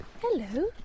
hello